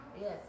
Yes